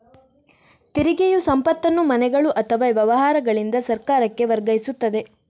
ತೆರಿಗೆಯು ಸಂಪತ್ತನ್ನು ಮನೆಗಳು ಅಥವಾ ವ್ಯವಹಾರಗಳಿಂದ ಸರ್ಕಾರಕ್ಕೆ ವರ್ಗಾಯಿಸುತ್ತದೆ